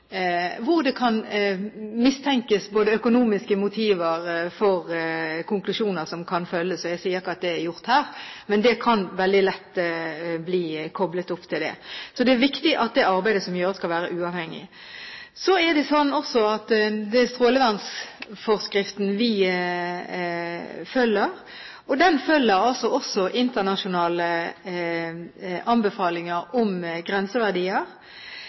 kan mistenkes økonomiske motiver for konklusjoner som kan følge. Jeg sier ikke at det er gjort her, men det kan veldig lett bli koblet opp til det. Så det er viktig at det arbeidet som gjøres, skal være uavhengig. Det er også sånn at strålevernsforskriften vi følger, følger internasjonale anbefalinger om grenseverdier.